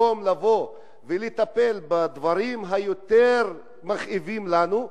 במקום לבוא ולטפל בדברים היותר מכאיבים לנו,